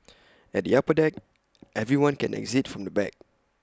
at the upper deck everyone can exit from the back